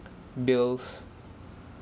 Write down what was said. bills